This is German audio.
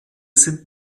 sind